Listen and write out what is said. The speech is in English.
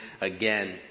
again